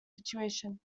situation